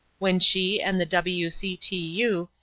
when she and the w. c. t. u.